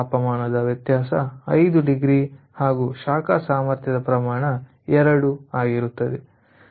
ತಾಪಮಾನ ವ್ಯತ್ಯಾಸ 5 ಡಿಗ್ರಿ ಹಾಗೂ ಶಾಖ ಸಾಮರ್ಥ್ಯದ ಪ್ರಮಾಣ 2 ಆಗಿರುತ್ತದೆ